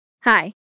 Hi